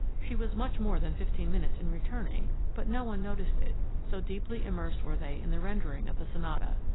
she was much more than fifteen minutes in returning, but no one noticed it, so deeply immersed were they in the rendering of the sonata.